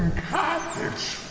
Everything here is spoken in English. conker's